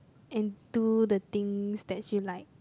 and do the things that you like